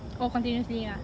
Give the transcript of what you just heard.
oh continuously ah